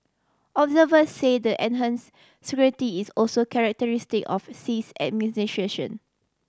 observer say the enhance scrutiny is also characteristic of Xi's